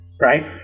Right